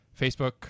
facebook